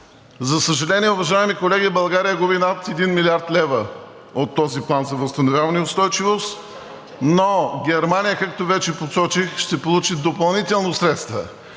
За съжаление, уважаеми колеги, България губи над 1 млрд. лв. от този план за възстановяване и устойчивост, но Германия, както вече посочих, ще получи допълнително средства.